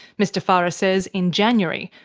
mr farah says in january,